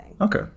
okay